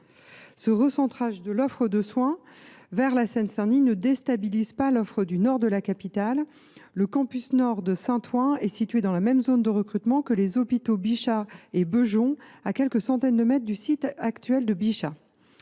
Le recentrage de l’offre de soins vers la Seine Saint Denis ne déstabilise pas l’offre du nord de la capitale. Le campus nord de Saint Ouen est situé dans la même zone de recrutement que les hôpitaux Bichat et Beaujon, à quelques centaines de mètres du site actuel du premier.